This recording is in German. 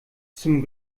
zum